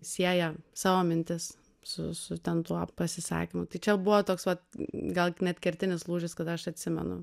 sieja savo mintis su su ten tuo pasisakymu tai čia buvo toks vat gal net kertinis lūžis kada aš atsimenu